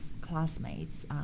classmates